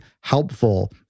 helpful